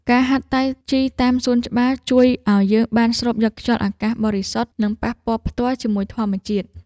ការហាត់តៃជីតាមសួនច្បារជួយឱ្យយើងបានស្រូបយកខ្យល់អាកាសបរិសុទ្ធ និងប៉ះពាល់ផ្ទាល់ជាមួយធម្មជាតិ។